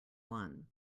one